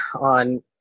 on